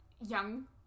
young